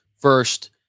First